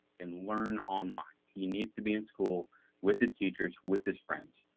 can learn online? he needs to be in school with his teachers, with his friends.